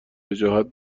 وجاهت